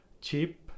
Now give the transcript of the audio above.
cheap